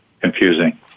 confusing